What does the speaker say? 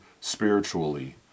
spiritually